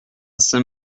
saint